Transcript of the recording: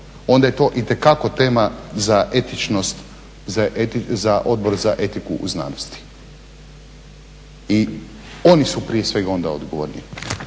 onda je to itekako tema za etičnost, za Odbora za etiku u znanosti. I oni su prije svega onda odgovorni.